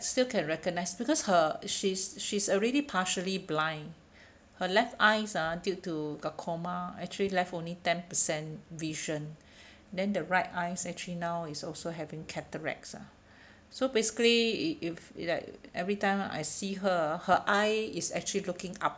still can recognize because her she's she's already partially blind her left eye ah due to glaucoma actually left only ten percent vision then the right eye actually now is also having cataracts ah so basically if if like every time I see her her eye is actually looking up